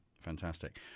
Fantastic